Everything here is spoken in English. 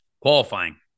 Qualifying